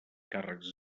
càrrecs